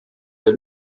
der